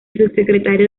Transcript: subsecretario